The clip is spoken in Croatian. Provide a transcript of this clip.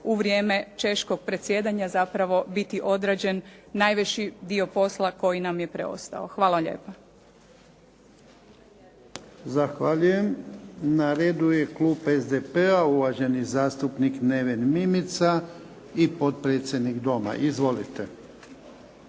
u vrijeme češkog predsjedanja zapravo biti odrađen najveći dio posla koji nam je preostao. Hvala lijepa. **Jarnjak, Ivan (HDZ)** Zahvaljujem. Na redu je klub SDP-a. Uvaženi zastupnik Neven Mimica i potpredsjednik Doma. Izvolite.